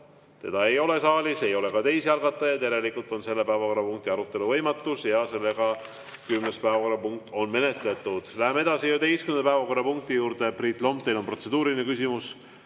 Teda ei ole saalis, ei ole ka teisi algatajaid. Järelikult on selle päevakorrapunkti arutelu võimatus ja kümnes päevakorrapunkt on menetletud. Läheme 11. päevakorrapunkti juurde. Priit Lomp, teil on protseduuriline küsimus.